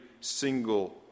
single